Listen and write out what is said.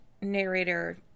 narrator